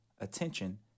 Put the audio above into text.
attention